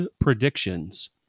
predictions